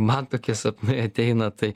man tokie sapnai ateina tai